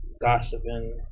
gossiping